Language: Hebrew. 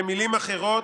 במילים אחרות,